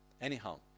Anyhow